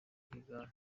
rwigara